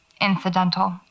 incidental